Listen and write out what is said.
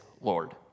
Lord